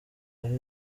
bari